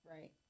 Right